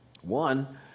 One